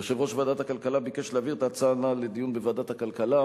יושב-ראש ועדת הכלכלה ביקש להעביר את ההצעה הנ"ל לדיון בוועדת הכלכלה,